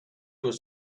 was